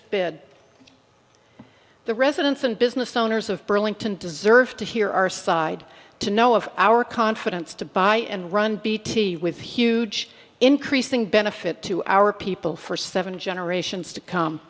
bid the residents and business owners of burlington deserve to hear our side to know of our confidence to buy and run bt with huge increasing benefit to our people for seven generations to come